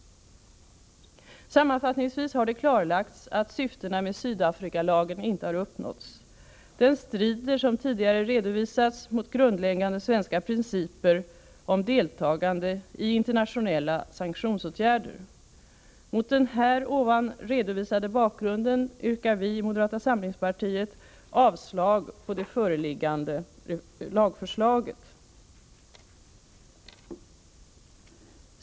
Sammanfattningsvis har det klarlagts att syftena med Sydafrikalagen inte har uppnåtts. Den strider, som tidigare redovisats, mot grundläggande svenska principer för deltagande i internationella sanktionsåtgärder. Mot den här redovisade bakgrunden yrkar vi i moderata samlingspartiet avslag på det föreliggande lagförslaget.